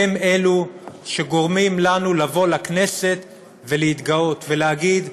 הן שגורמות לנו לבוא לכנסת ולהתגאות, ולהגיד: